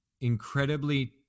incredibly